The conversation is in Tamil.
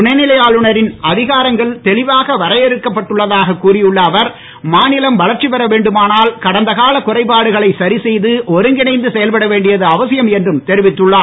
துணை நிலை ஆளுநரின் அதிகாரங்கள் தெளிவாக வரையறுக்கப்பட்டுள்ளதாக கூறி உள்ள அவர் மாநிலம் வளர்ச்சிப் பெற வேண்டுமானால் கடந்த கால குறைபாடுகளை சரி செய்து ஒருங்கிணைந்து செயல்பட வேண்டியது அவசியம் என்றும் தெரிவித்துள்ளார்